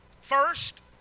First